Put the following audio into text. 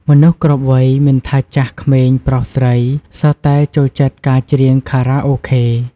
មនុស្សគ្រប់វ័យ មិនថាចាស់ ក្មេង ប្រុស ស្រី សុទ្ធតែចូលចិត្តការច្រៀងខារ៉ាអូខេ។